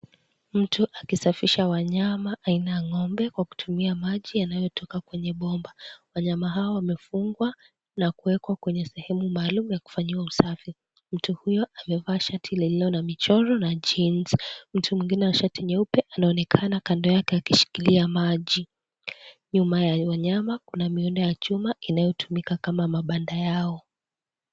Mtu akisafisha wanyama aina ya ng'ombe kwa kutumia maji yanayotoka kwenye bomba. Wanyama hao wamefungwa na kuwekwa kwenye sehemu maalumu ya kufanyiwa usafi. Mtu huyo amevaa shati lililo na michoro na jeans . Mtu mwingine na shati nyeupe anaonekana kando yake akishikilia maji. Nyuma ya wanyama kuna maeneo ya chuma yanayotumika kama mabanda yao.